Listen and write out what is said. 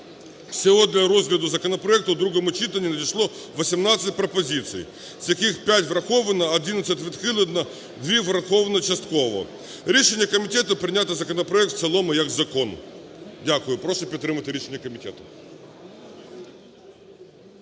Всього для розгляду законопроекту у другому читанні надійшло 18 пропозицій, з яких 5 враховано, а 11 відхилено, 2 враховано частково. Рішення комітету прийняти законопроект в цілому як закон. Дякую. Прошу підтримати рішення комітету.